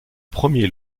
premier